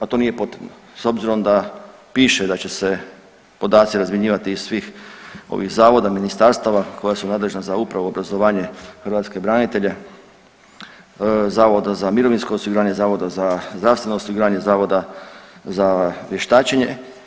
A to nije potrebno s obzirom da piše da će se podaci razmjenjivati iz svih ovih zavoda, ministarstava koja su nadležna za upravu, obrazovanje, hrvatske branitelje, zavoda za mirovinsko osiguranje, zavoda za zdravstveno osiguranje, zavoda za vještačenje.